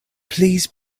please